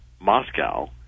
Moscow